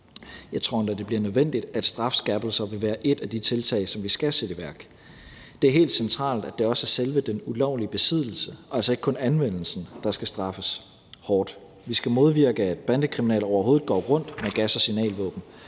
jeg tror endda, at det bliver nødvendigt – at strafskærpelser vil være et af de tiltag, som vi skal sætte i værk. Det er helt centralt, at det også er selve den ulovlige besiddelse, altså ikke kun anvendelsen, der skal straffes hårdt. Vi skal modvirke, at bandekriminelle overhovedet går rundt med gas- og signalvåben.